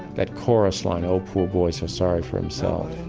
that chorus line, oh, poor voice or sorry for himself.